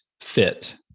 fit